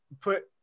put